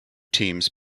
teams